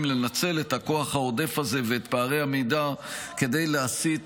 לנצל את הכוח העודף הזה ואת פערי המידע כדי להשיא את